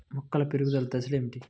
మొక్కల పెరుగుదల దశలు ఏమిటి?